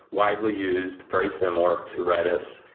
widely used, very similar to redis,